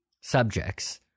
subjects